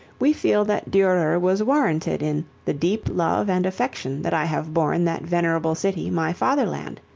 we feel that durer was warranted in the deep love and affection that i have borne that venerable city, my fatherland,